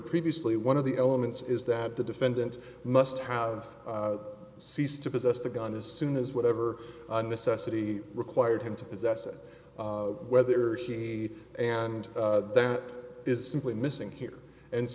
previously one of the elements is that the defendant must have ceased to possess the gun as soon as whatever the necessity required him to possess it whether he and there is simply missing here and